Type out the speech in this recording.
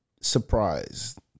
surprised